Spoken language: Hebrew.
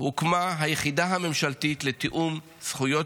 הוקמו היחידה הממשלתית לתיאום זכויות